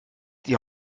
die